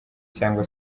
cyangwa